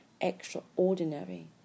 extraordinary